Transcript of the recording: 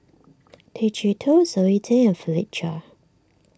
Tay Chee Toh Zoe Tay and Philip Chia